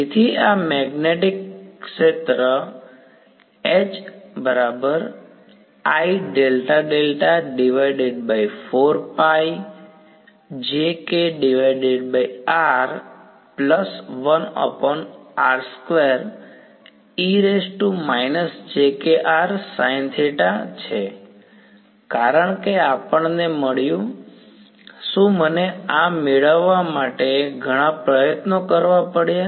તેથી આ મેગ્નેટિક ક્ષેત્ર છે કારણ કે આપણને મળ્યું શું મને આ મેળવવા માટે ઘણા પ્રયત્નો કરવા પડ્યા